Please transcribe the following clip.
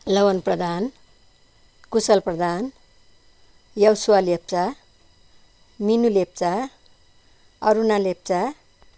Lavan Pradhan Kushal Pradhan Yabsuwa Lepcha Minu Lepcha Aruna Lepcha